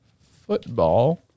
football